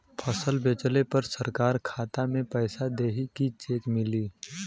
फसल बेंचले पर सरकार खाता में पैसा देही की चेक मिली?